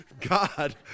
God